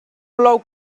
plou